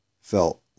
felt